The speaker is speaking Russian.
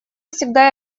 всегда